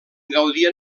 gaudien